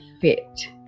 fit